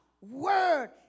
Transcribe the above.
word